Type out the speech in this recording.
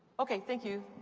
okay, thank you.